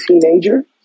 teenager